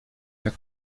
jak